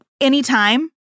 anytime